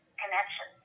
connection